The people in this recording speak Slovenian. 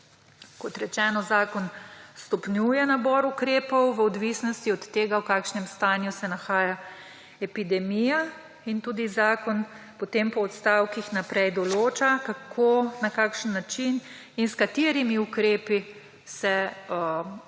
Kot rečeno, zakon stopnjuje nabor ukrepov v odvisnosti od tega, v kakšnem stanju se nahaja epidemija. Zakon potem po odstavkih naprej določa, kako, na kakšen način in s katerimi ukrepi se stanje